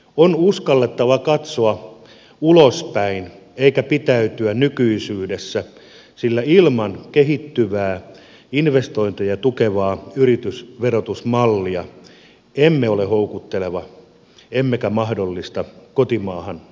on uskallettava katsoa ulospäin eikä pitäytyä nykyisyydessä sillä ilman kehittyvää investointeja tukevaa yritysverotusmallia emme ole houkutteleva emmekä mahdollista kotimaahan ulottuvia investointeja